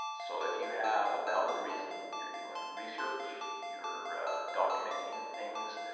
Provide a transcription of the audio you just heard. so if you have a valid reason you're doing research, you're documenting things.